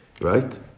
Right